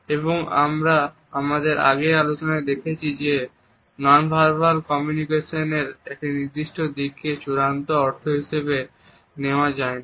এবং আমরা আমাদের আগের আলোচনায় দেখেছি যে নন ভার্বাল কমিউনিকেশন এর একটি নির্দিষ্ট দিককে চূড়ান্ত অর্থ হিসেবে নেওয়া যায় না